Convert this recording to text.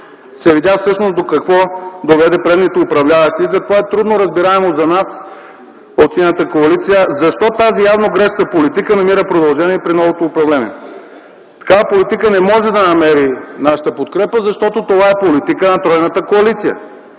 се видя всъщност до какво доведе предишните управляващи. Затова е трудно разбираемо, за нас от Синята коалиция, защо тази явно грешна политика намира продължение и при новото управление. Такава политика не може да намери нашата подкрепа, защото това е политика на тройната коалиция,